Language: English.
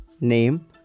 name